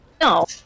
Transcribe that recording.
No